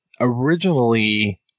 originally